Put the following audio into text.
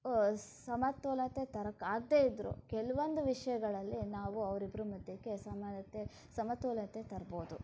ಸಮತೋಲತೆ ತರಕ್ಕಾಗದೆ ಇದ್ದರೂ ಕೆಲವೊಂದು ವಿಷಯಗಳಲ್ಲಿ ನಾವು ಅವ್ರಿಬ್ಬರ ಮಧ್ಯಕ್ಕೆ ಸಮಾನತೆ ಸಮತೋಲತೆ ತರ್ಬೋದು